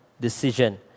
decision